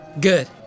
Good